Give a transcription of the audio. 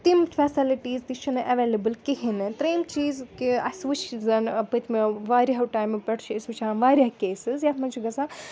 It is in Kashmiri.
تِم فٮ۪سَلٹیٖز تہِ چھِنہٕ ایولیبل کِہیٖنۍ نہٕ ترٛیٚیِم چیٖز کہِ اَسہِ وٕچھ زَن پٔتۍمیو وارِیاہو ٹایمہٕ پٮ۪ٹھ چھِ أسۍ وٕچھان وارِیاہ کیسِز یَتھ منٛز چھُ گَژھان